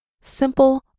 Simple